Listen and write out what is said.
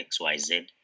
XYZ